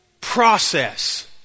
process